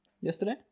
yesterday